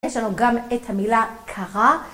יש לנו גם את המילה קרה.